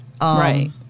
Right